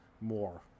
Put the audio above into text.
more